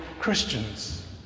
christians